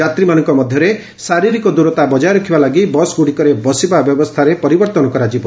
ଯାତ୍ରୀମାନଙ୍କ ମଧ୍ୟରେ ଶାରୀରିକ ଦୂରତା ବଜାୟ ରଖିବା ଲାଗି ବସ୍ଗୁଡ଼ିକରେ ବସିବା ବ୍ୟବସ୍ଥାରେ ପରିବର୍ତ୍ତନ କରାଯିବ